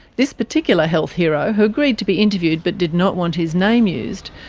this particular health hero, who agreed to be interviewed but did not want his name used,